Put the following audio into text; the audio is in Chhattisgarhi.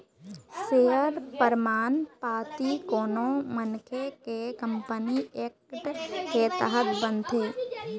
सेयर परमान पाती कोनो मनखे के कंपनी एक्ट के तहत बनथे